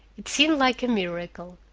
it seemed like a miracle.